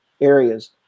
areas